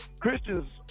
Christians